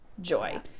joy